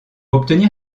obtenir